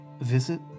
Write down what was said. visit